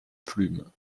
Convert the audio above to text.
plumes